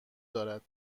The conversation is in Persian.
دارد